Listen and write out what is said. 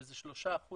שזה 3%